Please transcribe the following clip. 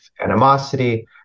animosity